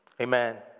Amen